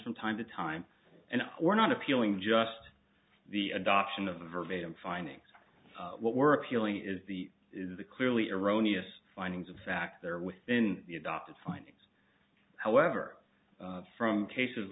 from time to time and we're not appealing just the adoption of the verbatim findings what we're appealing is the is the clearly erroneous findings of fact there within the adopted findings however from cases